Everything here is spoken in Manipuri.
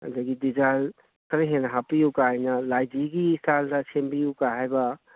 ꯑꯗꯒꯤ ꯗꯤꯖꯥꯏꯟ ꯈꯔ ꯍꯦꯟꯅ ꯍꯥꯞꯄꯤꯌꯨꯒꯥꯏꯅ ꯂꯥꯏꯗꯤꯒꯤ ꯏꯁꯇꯥꯏꯜꯗ ꯁꯦꯝꯕꯤꯌꯨꯒ ꯍꯥꯏꯕ